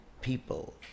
people